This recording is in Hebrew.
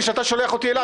כשאתה שולח אותי אליו,